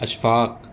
Ashfaq